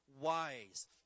wise